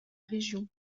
région